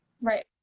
Right